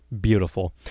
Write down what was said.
beautiful